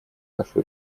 нашу